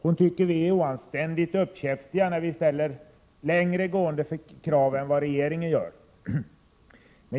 Hon tycker att vi är oanständigt uppkäftiga när vi ställer längre gående krav än vad regeringen gör.